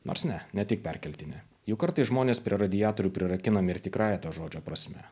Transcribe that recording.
nors ne ne tik perkeltine juk kartais žmonės prie radiatorių prirakinami ir tikrąja to žodžio prasme